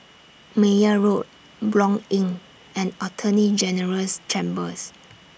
Meyer Road Blanc Inn and Attorney General's Chambers